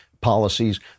policies